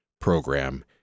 program